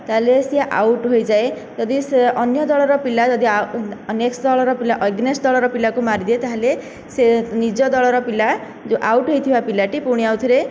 ତାହେଲେ ସେ ଆଉଟ ହୋଇଯାଏ ଯଦି ସେ ଅନ୍ୟ ଦଳର ପିଲା ଯଦି ଆଉ ନେକ୍ସଟ ଦଳର ପିଲା ଏଗନେଷ୍ଟ ଦଳର ପିଲାକୁ ମାରିଦିଏ ତାହେଲେ ସେ ନିଜ ଦଳର ପିଲା ଯେଉଁ ଆଉଟ ହୋଇଥିବା ପିଲାଟି ପୁଣି ଆଉ ଥରେ